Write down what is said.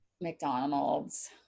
mcdonald's